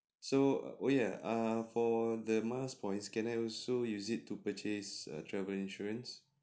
so oh ya err for the miles points can I also use it to purchase err travel insurance